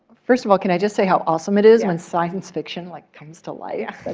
first of all, can i just say how awesome it is when science fiction like comes to life? that's